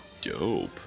Dope